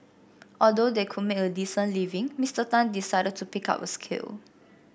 although they could make a decent living Mister Tan decided to pick up a skill